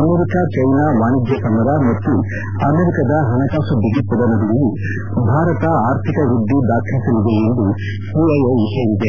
America China ವಾಣಿಜ್ಯ ಸಮರ ಮತ್ತು ಅಮೆರಿಕದ ಹಣಕಾಸು ಬಿಗಿತ್ವದ ನಡುವೆಯೂ ಭಾರತ ಆರ್ಥಿಕ ವೃದ್ದಿ ದಾಖಲಿಸಲಿದೆ ಎಂದು ಸಿಐಐ ಹೇಳಿದೆ